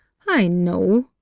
i know.